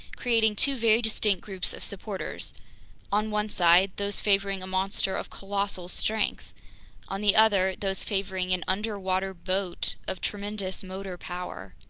creating two very distinct groups of supporters on one side, those favoring a monster of colossal strength on the other, those favoring an underwater boat of tremendous motor power.